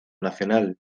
nacional